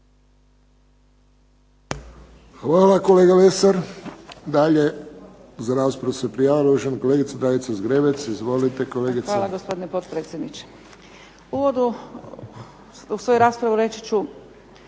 Hvala kolega Lesar. Dalje za raspravu se prijavila uvažena kolegica Dragica Zgrebec. Izvolite kolegice. **Zgrebec, Dragica (SDP)** Hvala gospodine potpredsjedniče. U uvodu svoje rasprave reći ću